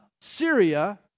Syria